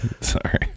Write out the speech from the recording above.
Sorry